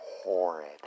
Horrid